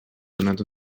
donat